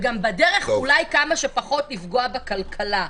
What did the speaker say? ובדרך גם כמה שפחות לפגוע בכלכלה.